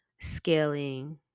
scaling